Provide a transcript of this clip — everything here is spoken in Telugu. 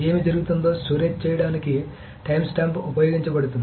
ఏమి జరుగుతుందో స్టోరేజ్ చేయడానికి టైమ్స్టాంప్ ఉపయోగించబడుతుంది